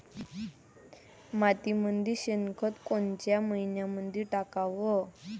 मातीमंदी शेणखत कोनच्या मइन्यामंधी टाकाव?